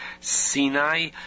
Sinai